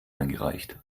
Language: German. eingereicht